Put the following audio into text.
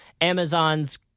Amazon's